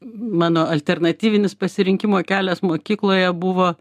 mano alternatyvinis pasirinkimo kelias mokykloje buvo